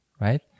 right